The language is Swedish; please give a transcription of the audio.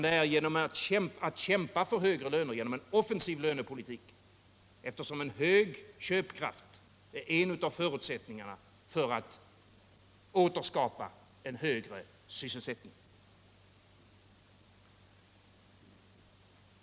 Det åstadkommer man i stället genom att kämpa för högre löner via en offensiv lönepolitik, eftersom en hög köpkraft är en av förutsättningarna för att man skall kunna återskapa en högre sysselsättning.